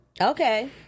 Okay